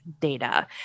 data